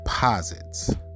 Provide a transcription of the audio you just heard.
Deposits